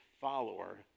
follower